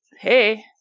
hey